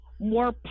more